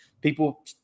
People –